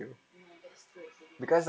ya that's true that's really